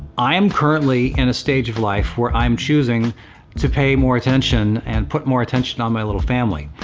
i am currently in a stage of life where i'm choosing to pay more attention, and put more attention on my little family.